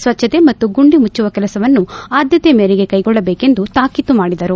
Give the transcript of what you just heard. ಸ್ವಚ್ಚತೆ ಮತ್ತು ಗುಂಡಿ ಮುಚ್ಚುವ ಕೆಲಸವನ್ನು ಆದ್ದತೆ ಮೇರೆಗೆ ಕೈಗೊಳ್ಳಬೇಕೆಂದು ತಾಕೀತು ಮಾಡಿದರು